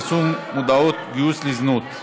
איסור פרסום מודעות גיוס לזנות),